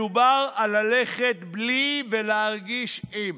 מדובר על ללכת בלי ולהרגיש עם.